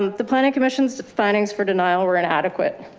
um the planning commission's findings for denial were an adequate.